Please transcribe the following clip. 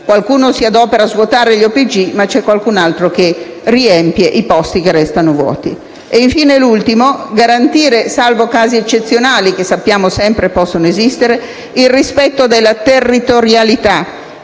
(qualcuno si adopera a svuotare gli OPG, ma c'è qualcun altro che riempie i posti che restano vuoti); garantire, salvo casi eccezionali (che sappiamo possono sempre esistere) il rispetto della territorialità